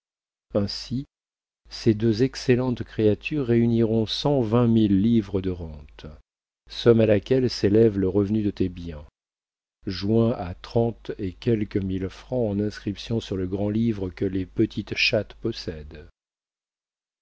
ainsi ces deux excellentes créatures réuniront cent vingt mille livres de rente somme à laquelle s'élève le revenu de tes biens joint à trente et quelques mille francs en inscriptions sur le grand-livre que les petites chattes possèdent